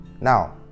now